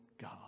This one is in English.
God